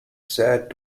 said